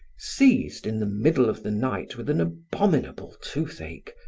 seized, in the middle of the night, with an abominable toothache,